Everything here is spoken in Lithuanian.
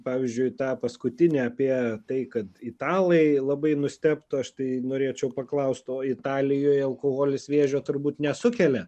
pavyzdžiui tą paskutinį apie tai kad italai labai nustebtų aš tai norėčiau paklaust o italijoj alkoholis vėžio turbūt nesukelia